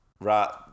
right